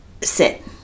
sit